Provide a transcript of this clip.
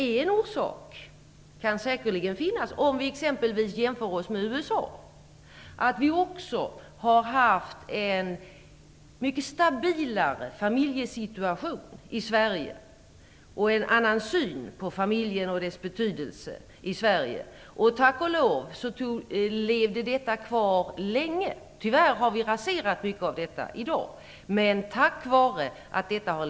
En orsak kan säkerligen vara, om vi exempelvis jämför med USA, att vi har haft en mycket stabilare familjesituation i Sverige och en annan syn på familjen och dess betydelse. Tack och lov levde den synen kvar länge - tyvärr har mycket av den raserats i dag.